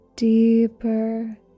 Deeper